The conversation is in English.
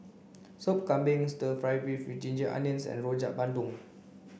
sop kambing stir fry beef with ginger onions and rojak bandung